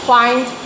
find